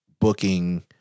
booking